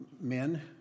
men